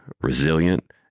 resilient